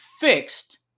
fixed